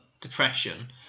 depression